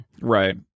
Right